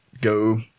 go